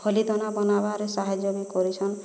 ଖଲି ଦନା ବନାବାରେ ସାହାଯ୍ୟ ବି କରିଛନ୍